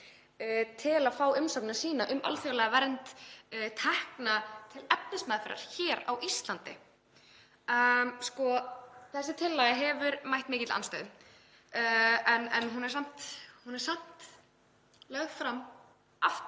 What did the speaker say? til að fá umsókn sína um alþjóðlega vernd tekna til efnismeðferðar á Íslandi. Þessi tillaga hefur mætt mikilli andstöðu en hún er samt lögð fram aftur.